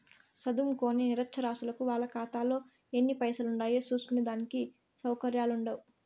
సదుంకోని నిరచ్చరాసులకు వాళ్ళ కాతాలో ఎన్ని పైసలుండాయో సూస్కునే దానికి సవుకర్యాలుండవ్